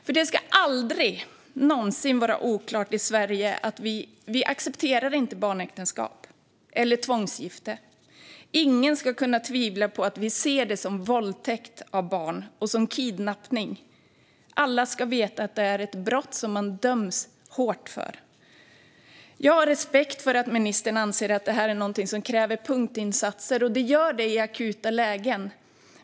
Det ska nämligen aldrig någonsin vara oklart att vi i Sverige inte accepterar barnäktenskap eller tvångsgifte. Ingen ska kunna tvivla på att vi ser det som våldtäkt mot barn och som kidnappning. Alla ska veta att det är ett brott man döms hårt för. Jag har respekt för att ministern anser att detta är någonting som kräver punktinsatser, och det krävs i akuta lägen.